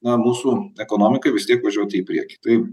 na mūsų ekonomika vis tiek važiuotų į priekį tai